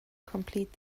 complete